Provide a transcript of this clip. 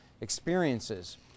experiences